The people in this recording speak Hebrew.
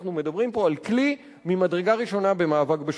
אנחנו מדברים פה על כלי ממדרגה ראשונה במאבק בשחיתות.